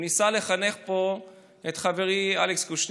הוא ניסה לחנך פה את חברי אלכס קושניר,